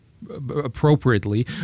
appropriately